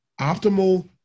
Optimal